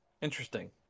Interesting